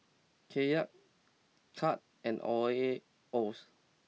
Kyat Cut and